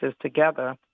together